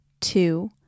two